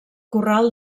corral